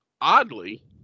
oddly